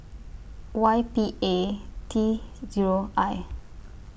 Y P A T Zero I